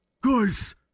Guys